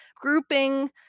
Grouping